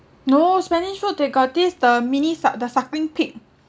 no spanish food they got this the mini suck~ the suckling pig